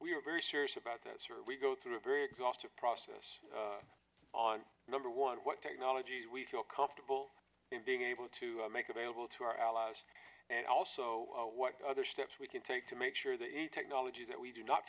we are very serious about this or we go through a very exhaustive process on number one what technologies we feel comfortable being able to make available to our allies and also what other steps we can take to make sure that any technology that we do not